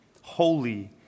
Holy